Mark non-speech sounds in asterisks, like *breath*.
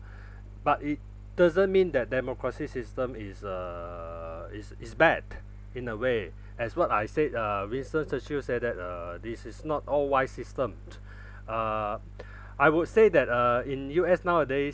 but it doesn't mean that democracy system is uh is is bad in a way as what I said uh winston churchil say that uh this is not all wise system uh *breath* I would say that uh in U_S nowadays